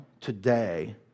today